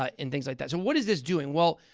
ah and things like that. so, what is this doing? well,